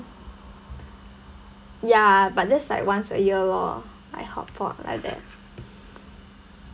ya but that's like once a year lor like hotpot like that